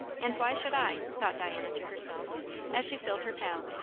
and why should i? thought diana to herself as she filled her pail.